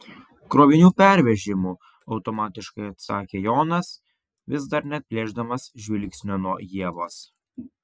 krovinių pervežimu automatiškai atsakė jonas vis dar neatplėšdamas žvilgsnio nuo ievos